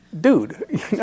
dude